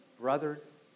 brothers